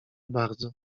bardzo